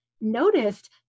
noticed